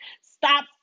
Stop